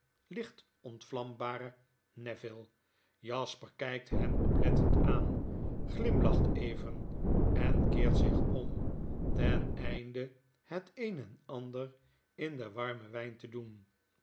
licht ontvlambaren neville jasper kijkt hen oplettend aan glimlacht even en keert zich om teneinde het een en ander in den warmen wyn te doen